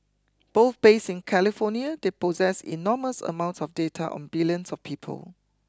both based in California they possess enormous amounts of data on billions of people